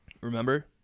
Remember